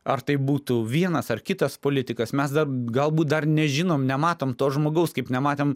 ar tai būtų vienas ar kitas politikas mes dar galbūt dar nežinom nematom to žmogaus kaip nematėm